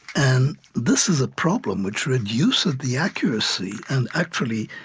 and this is a problem which reduces the accuracy and, actually,